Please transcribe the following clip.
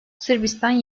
sırbistan